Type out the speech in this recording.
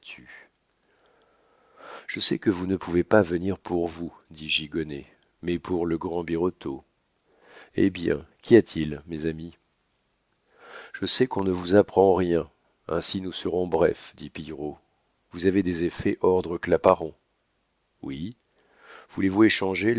je sais que vous ne pouvez pas venir pour vous dit gigonnet mais pour le grand birotteau eh bien qu'y a-t-il mes amis je sais qu'on ne vous apprend rien ainsi nous serons brefs dit pillerault vous avez des effets ordre claparon oui voulez-vous échanger